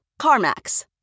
CarMax